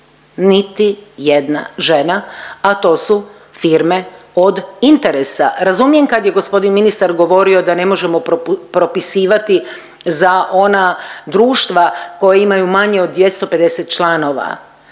niti jedna žena, a to su firme od interesa. Razumijem kad je g. ministar govorio da ne možemo propisivati za ona društva koja imaju manje od 250 članova,